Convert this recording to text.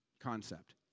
concept